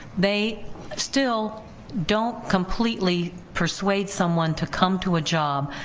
they still don't completely persuade someone to come to a job,